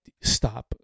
stop